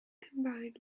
combined